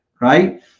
Right